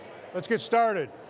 let's get started.